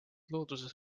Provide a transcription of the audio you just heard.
looduses